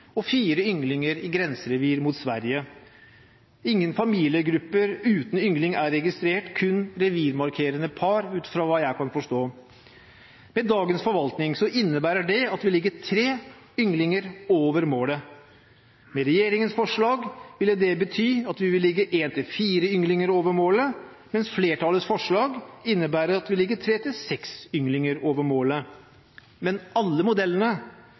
og fire ynglinger i grenserevir mot Sverige. Ingen familiegrupper uten yngling er registrert, kun revirmarkerende par, ut fra hva jeg kan forstå. Dagens forvaltning innebærer at vi ligger tre ynglinger over målet. Med regjeringens forslag ville det bety at vi vil ligge en–fire ynglinger over målet, mens flertallets forslag innebærer at vi ligger tre–seks ynglinger over målet. Men alle modellene